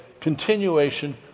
continuation